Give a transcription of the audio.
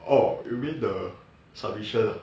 orh you mean the submission ah